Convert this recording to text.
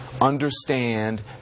understand